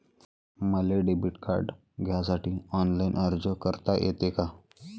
मले debit card घ्यासाठी online अर्ज करता येते का?